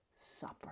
supper